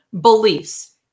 beliefs